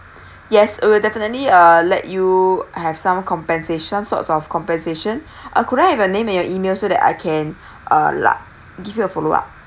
yes we will definitely uh let you have some compensation some sorts of compensation uh could I have your name and your E-mail so that I can uh li~ give you a follow up